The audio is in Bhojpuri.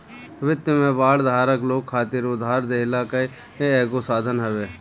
वित्त में बांड धारक लोग खातिर उधार देहला कअ एगो साधन हवे